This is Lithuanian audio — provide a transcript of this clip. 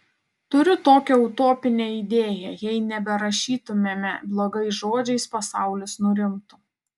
turiu tokią utopinę idėją jei neberašytumėme blogais žodžiais pasaulis nurimtų